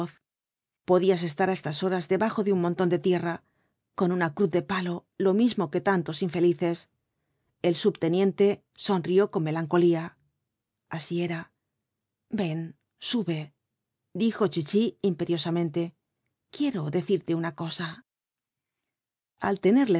podías estar á estas horas debajo de un montón de tierra con una cruz de palo lo mismo que tantos infelices el subteniente sonrió con melancolía así era ven sube dijo chichi imperiosamente quiero decirte una cosa al tenerle